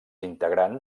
integrant